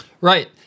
Right